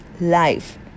life